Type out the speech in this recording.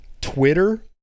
Twitter